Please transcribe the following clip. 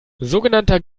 sogenannter